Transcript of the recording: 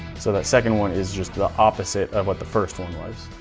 so that second one is just the opposite of what the first one was.